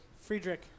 Friedrich